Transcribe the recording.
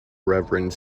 reverend